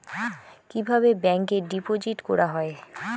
কিভাবে ব্যাংকে ডিপোজিট করা হয়?